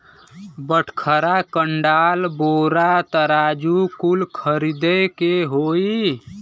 बटखरा, कंडाल, बोरा, तराजू कुल खरीदे के होई